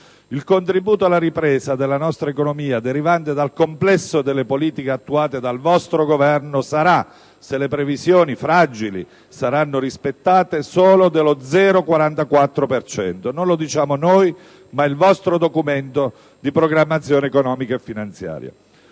Il contributo alla ripresa della nostra economia derivante dal complesso delle politiche attuate dal vostro Governo sarà, se le previsioni fragili saranno rispettate, solo dello 0,44 per cento: non lo diciamo noi, ma il vostro Documento di programmazione economico-finanziaria.